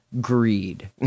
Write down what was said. Greed